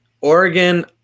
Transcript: Oregon